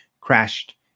crashed